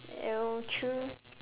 !eww! true